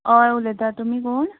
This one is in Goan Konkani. हय उलयता तुमी कोण